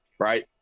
Right